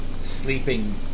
sleeping